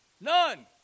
None